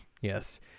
yes